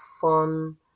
fun